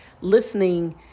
listening